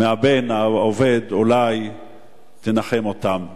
מהבן האובד, אולי ינחם אותם.